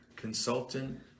consultant